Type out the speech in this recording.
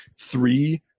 three